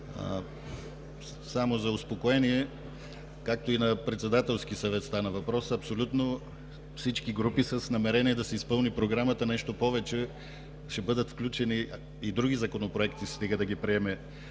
Само за успокоение, както и на Председателски съвет стана въпрос, абсолютно всички групи са с намерение да се изпълни Програмата. Нещо повече, ще бъдат включени и други Законопроекти, стига да ги приеме